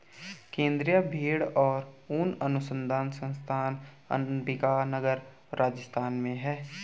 केन्द्रीय भेंड़ और ऊन अनुसंधान संस्थान अम्बिका नगर, राजस्थान में है